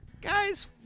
guys